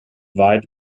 weit